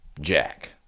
Jack